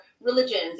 religions